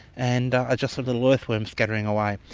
and i just saw a little earthworm slithering away.